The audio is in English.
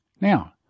Now